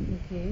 okay